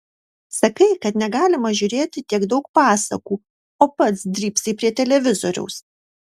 sakai kad negalima žiūrėti tiek daug pasakų o pats drybsai prie televizoriaus